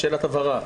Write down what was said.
שאלת הבהרה.